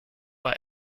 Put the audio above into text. war